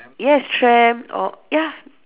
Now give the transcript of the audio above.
yes tram or ya